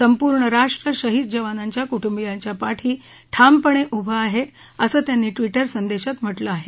संपूर्ण राष्ट्र शहीद जवानांच्या कुटुंबियांच्या पाठी ठामपणे उभं आहे असं त्यांनी ट्विटर संदेशात म्हटलं आहे